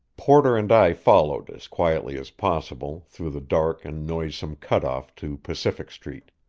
porter and i followed, as quietly as possible, through the dark and noisome cut-off to pacific street.